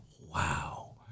Wow